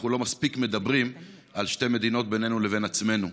אנחנו לא מספיק מדברים על שתי מדינות בינינו לבין עצמנו,